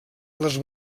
les